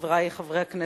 חברי חברי הכנסת,